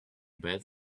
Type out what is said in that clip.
bad